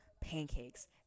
pancakes